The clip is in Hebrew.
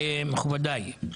מכובדיי,